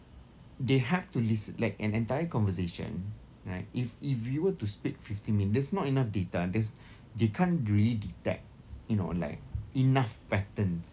they have to list like an entire conversation right if if we were to speak fifteen minutes there's not enough data there's they can't really detect you know like enough patterns